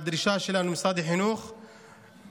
הדרישה שלנו ממשרד החינוך היא,